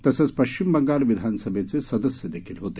तसंच पश्चिम बंगाल विधानसभेचे सदस्य देखील होते